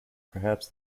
perhaps